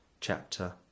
chapter